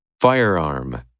Firearm